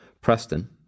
Preston